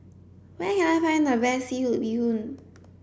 where can I find the best seafood bee hoon